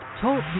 Talk